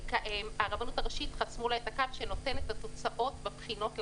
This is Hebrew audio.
לרבנות הראשית חסמו את הקו שנותן את התוצאות בבחינות לרבנות.